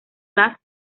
las